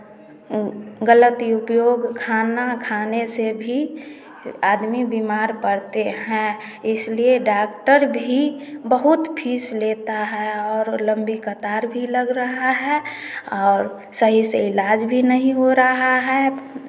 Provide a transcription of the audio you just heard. गलत उपयोग खाना खाने से भी आदमी बीमार पड़ते हैं इसलिए डाकटर भी बहुत फीस लेता है और लम्बी कतार भी लग रहा है और सही से इलाज भी नहीं हो रहा है